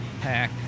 pack